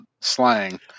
slang